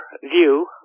view